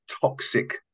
toxic